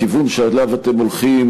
הכיוון שאליו אתם הולכים,